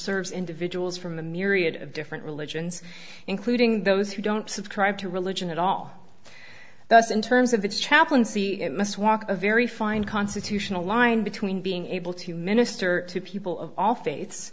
serves individuals from a myriad of different religions including those who don't subscribe to religion at all thus in terms of its chaplaincy it must walk a very fine constitutional line between being able to minister to people of all faiths